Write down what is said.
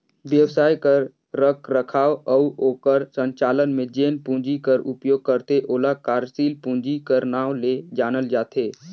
बेवसाय कर रखरखाव अउ ओकर संचालन में जेन पूंजी कर उपयोग करथे ओला कारसील पूंजी कर नांव ले जानल जाथे